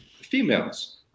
females